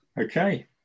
Okay